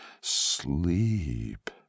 sleep